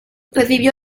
recibió